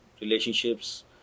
relationships